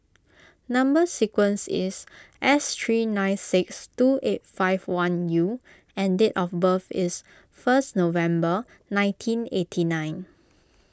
Number Sequence is S three nine six two eight five one U and date of birth is first November nineteen eighty nine